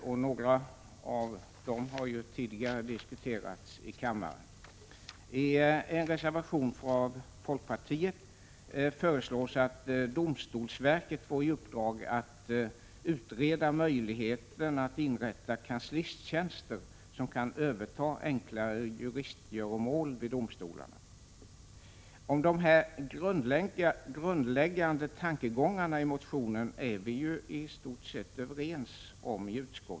En del av dem har tidigare diskuterats i kammaren. I en reservation av folkpartiet föreslås att domstolsverket skall få i uppdrag att utreda möjligheten att inrätta kanslisttjänster, vilkas innehavare kan överta enklare juristgöromål vid domstolarna. I utskotten är vi i stort sett överens om de grundläggande tankegångarna i den motion som ligger till grund för reservationen.